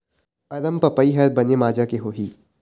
अरमपपई हर बने माजा के होही?